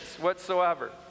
whatsoever